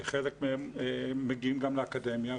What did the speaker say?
חלק מהם מגיעים גם לאקדמיה,